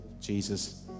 Jesus